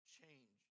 Change